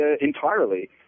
entirely